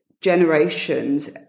generations